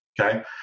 Okay